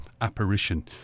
Apparition